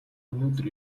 өнөөдөр